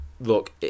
look